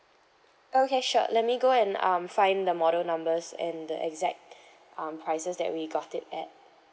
okay sure let me go and um find the model numbers and the exact um prices that we got it at